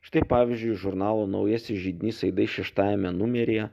štai pavyzdžiui žurnalo naujasis židinys aidai šeštajame numeryje